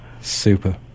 Super